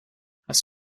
hast